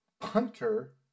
punter